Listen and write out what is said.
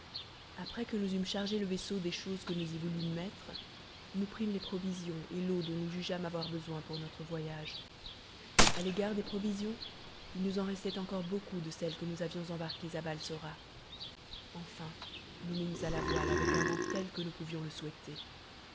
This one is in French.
après que nous eûmes chargé le vaisseau des choses que nous y voulûmes mettre nous prîmes les provisions et l'eau dont nous jugeâmes avoir besoin pour notre voyage à l'égard des provisions il nous en restait encore beaucoup de celles que nous avions embarquées à balsora enfin nous mîmes à la voile avec un vent tel que nous pouvions le souhaiter